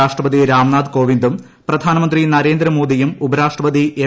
രാഷ്ട്രപതി രാം നാഥ് കോവിന്ദും പ്രധാനമന്ത്രി ന്റരേന്ദ്ര മോദിയും ഉപരാഷ്ട്രപതി എം